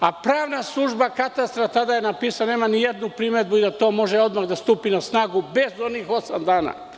a pravna služba Katastra tada je napisala da nema nijednu primedbu i da to može odmah da stupi na snagu bez onih osam dana.